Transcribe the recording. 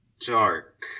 dark